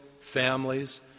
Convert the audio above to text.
families